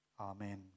Amen